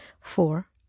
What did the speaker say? four